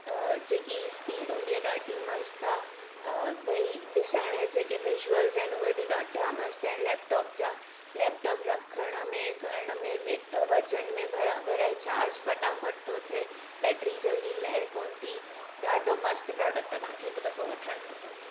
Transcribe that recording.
अ जेकी स्पीड हूंदी आहे ॾाढी मस्तु आहे अ भई ॾिसण अ जेके विज्यूल्स आहिनि उहे बि ॾाढा मस्तु आहिनि लेपटॉप जा लेपटॉप रखण में खणण में वे वज़न में बराबरि आहे चार्ज फटाफट थो थिए बैट्री जल्दी लहे कोन्ह थी ॾाढो मस्तु प्रोडक्ट आहे तव्हांखे हिकु दफ़ो वठणु खपे